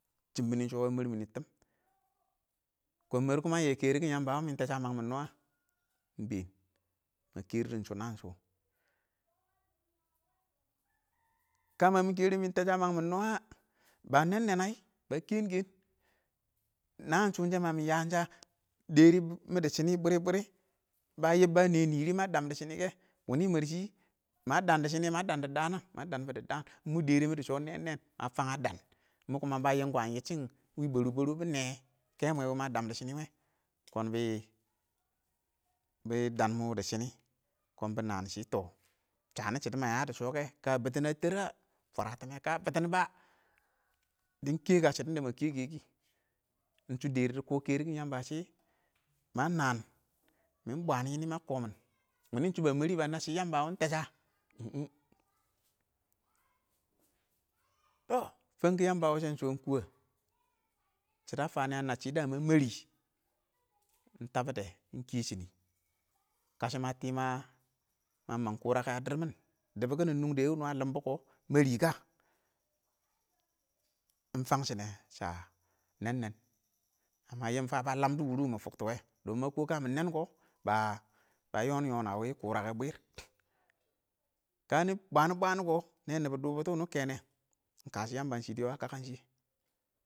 Shʊm mɪnɪ shɔ wɔ ə mar mɪnɪ tɪm ,kɔn mər ə yɛn kɛrɪ kɪn ɪng yəmbə wo mɪn ɪng tɛshɔ ə məng mɪn nɔɔ wə, ɪng bɛɛn, mɪ kɛrɪ shɔ nəən shʊ, kə mə mɪ kɛrɪn ɪng tə shɔ ə məngmɪn ɪng nɔɔ wə, bə nɛn nɛn, bə kɛn kɛn, nəən shʊ shɛ mə mɪ yən shə dɛrɪ mɪdɪ shɪ nɪ bwɛrɛ-bwərɛ, bə yɪb bə nɛ nɪrɪ ma dam dɪ shonɪ kɛ wɪnɪ mər shɪ mə dəən dɪ shɪnɪ mə dəən dɪ dəən nə? mə dəmbɪ dɪ dəən, ɪng mɔ dɛrɪ mɪdɪ shɪ nɛɛn ə fəng ə dən, mʊ kuma bə yɪm kwəyɪcɪn wɪɪ bərɔ-bərɔ bɪ nɛɛ, kɛ mwɛ wʊ mə dəən dɪ shɔ nɪ wɛ, kɔn bɪ,kɔɔn bɪ dəm mɔ dɪ shɪnɪ kʊn bɪ nəən shɪ tɔ shənɪ shɪdɔ mə yə dɪ shɔnɪ kɛ kə bɪtɪn ə tɪrə, fwərətɪmɛ kə bɪtɪn ɪng bə, dɪn kɛkə shɪdɔ də, mə kɛkɛyɪ kɪ ɪng shɔ dɛrɪ dɪ kɔɔ kɛrɪkɪn ɪng yəmbə shɪ ma naəən bɪb bwən yɪ mɪnɪ mə kɔmɪn, wɪnɪ shɔ bə mərɪ, bə nəbb shɪ yəmbə wɪ ɪng tɛsshə tɔ fəngkʊwɪ yəmbə wɪshɛ shɔ ɪng kʊwɛ shɪdɔ ə fənn ə nən shɪ ɪng mərɪ ɪng təbbɪdɛ ɪng kəshɪ nɪ, kəshɪ mə tɪ mə məng kʊrə kɛ ə dɪrr mɪn dʊbʊkɪn nʊngdɛ wʊnʊ ə lɪmbɔ kʊ mərɪ ɪng kə, ɪng fəngshɪ nɛ shə, nɛn-nɛn, amma yɪmmə fə bə lədʊ wʊrʊ mɪ fʊktɔ wɛ dɔn mə kɔɔ ɪng kə mɪ nɛn kʊ bə yoɔyɔn ə wɪɪ kʊrə kɛ bwɪr, kənɪ bwən-bwən kɔ nɛ nɪbɔ dɪ bʊtʊ wʊnʊ kɛnɛ ɪng kəshɔ ɪng yəmba ɪng shɪ dɪ yɔtɪn ə kəkən shɪyɛ.